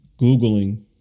googling